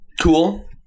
Cool